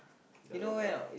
uh what